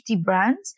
brands